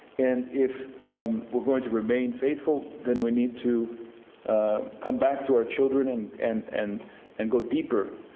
and if we're going to remain faithful then we need to come back to our children and and and and go deeper,